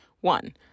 One